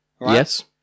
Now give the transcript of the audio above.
Yes